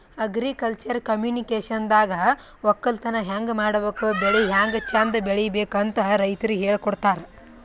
agriculture ಕಮ್ಯುನಿಕೇಷನ್ದಾಗ ವಕ್ಕಲತನ್ ಹೆಂಗ್ ಮಾಡ್ಬೇಕ್ ಬೆಳಿ ಹ್ಯಾಂಗ್ ಚಂದ್ ಬೆಳಿಬೇಕ್ ಅಂತ್ ರೈತರಿಗ್ ಹೇಳ್ಕೊಡ್ತಾರ್